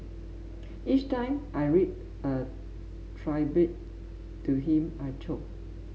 each time I read a tribute to him I choke